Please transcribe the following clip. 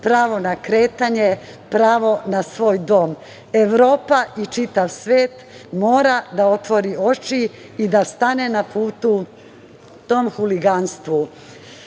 pravo na kretanje, pravo na svoj dom. Evropa i čitav svet moraju da otvore oči i da stanu na put tom huliganstvu. Želim